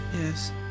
Yes